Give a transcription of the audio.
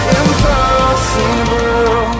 impossible